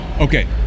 Okay